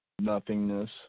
nothingness